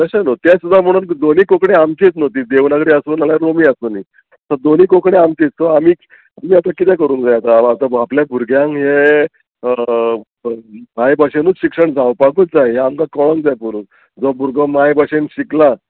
तशें न्हू तें सुद्दां म्हणून दोनी कोंकणी आमचीच न्हू ती देवनागरी आसूं नाल्यार रोमी आसुनी सो दोनी कोंकणी आमचीच सो आमी आतां कितें करूंक जाय आसा आतां आपल्या भुरग्यांक हे मायभाशेनूच शिक्षण जावपाकूच जाय हें आमकां कळोंक जाय पुरूंक जो भुरगो माय भाशेन शिकला